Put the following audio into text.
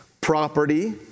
property